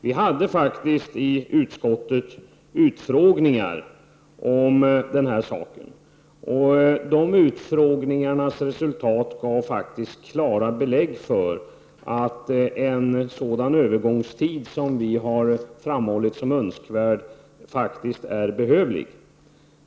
Vi hade faktiskt i utskottet utfrågningar om den här saken. Resultatet från de utfrågningarna gav klara belägg för att en sådan övergångstid som vi har framhållit som önskvärd faktiskt är behövlig.